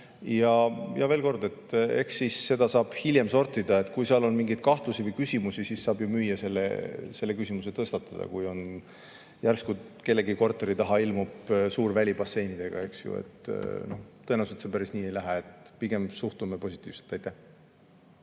Ja veel kord: eks siis seda saab hiljem sortida ja kui on mingeid kahtlusi või küsimusi, siis saab müüja selle küsimuse tõstatada, kui järsku kellegi korteri juurde ilmub suur välibassein, eks ju. Tõenäoliselt see päris nii ei lähe. Pigem suhtume positiivselt. Aitäh,